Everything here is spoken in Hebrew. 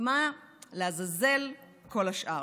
ומה לעזאזל כל השאר?